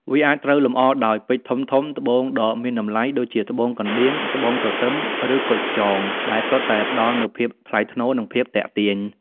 វាអាចត្រូវលម្អដោយ ពេជ្រធំៗ ត្បូងដ៏មានតម្លៃ ដូចជាត្បូងកណ្តៀង ត្បូងទទឹម ឬ គុជខ្យង ដែលសុទ្ធតែផ្តល់នូវភាពថ្លៃថ្នូរ និងភាពទាក់ទាញ។